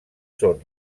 són